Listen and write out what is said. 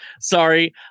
Sorry